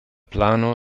plano